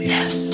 Yes